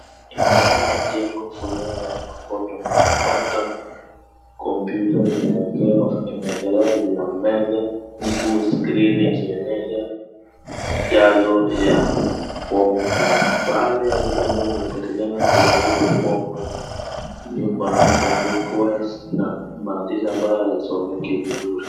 Ndani ya jengo fulani hapa tunapata kompyuta imewekelewa juu ya meza huku skrini ikionyesha jazo ya fomu fulani. Baadhi ya vitu ambavyo vimepatikana kwa hio fomu ni [cs ] new connection request na maandishi ambayo hayasomeki vizuri.